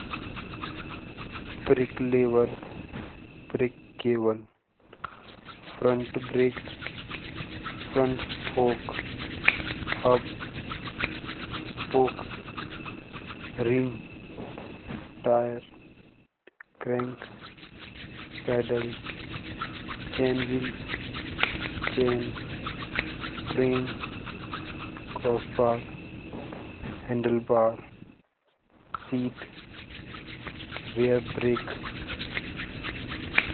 Brick lever brake cable front brake front fork hub spokes rim tyre crank pedal chain frame crossbar handlebar seat rear brick.